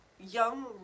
young